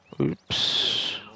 Oops